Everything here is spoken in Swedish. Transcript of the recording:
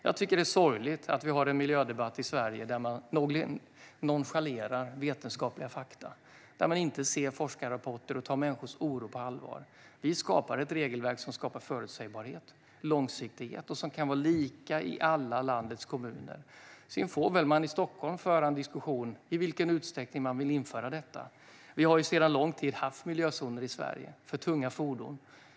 Jag tycker att det är sorgligt att vi har en miljödebatt i Sverige där man nonchalerar vetenskapliga fakta och där man inte ser forskarrapporter och inte tar människors oro på allvar. Vi skapar ett regelverk som skapar förutsägbarhet och långsiktighet och som kan vara lika i landets alla kommuner. Sedan får man i Stockholm föra en diskussion om i vilken utsträckning som man vill införa detta. Vi har sedan lång tid haft miljözoner i Sverige för tunga fordon.